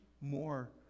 more